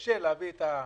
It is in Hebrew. מתקשה להביא את התקציב.